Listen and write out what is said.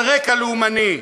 על רקע לאומני,